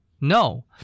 No